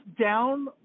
down